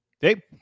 Hey